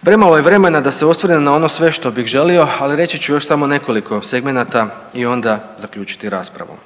Premalo je vremena da se osvrne na ono sve što bih želio, ali reći ću još samo nekoliko segmenata i onda zaključiti raspravu.